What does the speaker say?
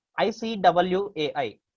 ICWAI